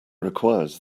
requires